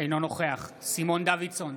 אינו נוכח סימון דוידסון,